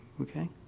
Okay